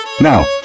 Now